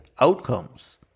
outcomes